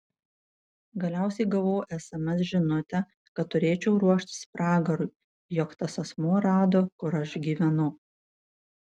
galiausiai gavau sms žinutę kad turėčiau ruoštis pragarui jog tas asmuo rado kur aš gyvenu